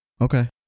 Okay